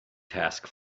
task